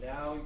Now